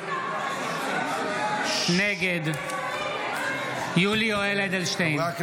נגד יולי יואל אדלשטיין,